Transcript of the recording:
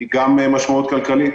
היא גם משמעות כלכלית.